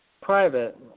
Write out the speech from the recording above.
private